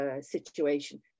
situation